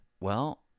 Well-